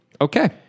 Okay